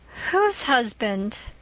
whose husband?